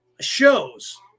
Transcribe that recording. shows